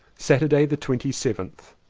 saturday the twenty seventh.